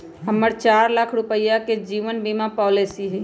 हम्मर चार लाख रुपीया के जीवन बीमा पॉलिसी हई